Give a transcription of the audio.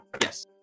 yes